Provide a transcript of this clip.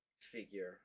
figure